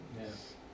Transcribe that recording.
Yes